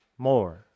more